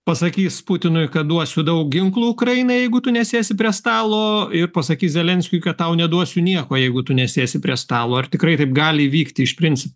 pasakys putinui kad duosiu daug ginklų ukrainai jeigu tu nesėsi prie stalo ir pasakys zelenskiui kad tau neduosiu nieko jeigu tu nesėsi prie stalo ar tikrai taip gali vykti iš principo